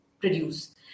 produce